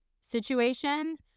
situation